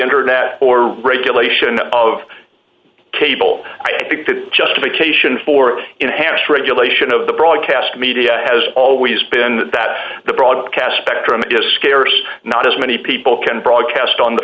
internet or regulation of cable i think the justification for enhanced regulation of the broadcast media has always been that the broadcast spectrum is scarce not as many people can broadcast